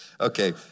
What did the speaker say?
Okay